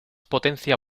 potencia